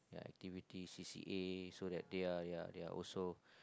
yeah acitivity C_C_A so that they are ya they are also